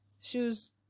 shoes